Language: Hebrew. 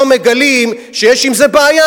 כשפתאום מגלים שיש עם זה בעיה,